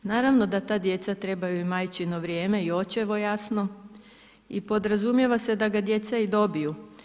Naravno da ta djeca trebaju majčino vrijeme i očevo jasno i podrazumijeva se da ga djeca i dobiju.